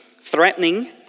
threatening